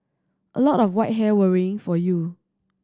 a lot of white hair worrying for you